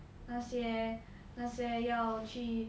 那些那些要去